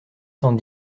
cent